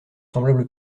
semblable